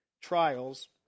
trials